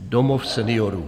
Domov seniorů.